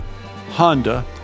Honda